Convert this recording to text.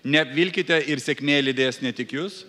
neapvilkite ir sėkmė lydės ne tik jus